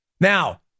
Now